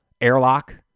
airlock